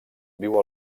viu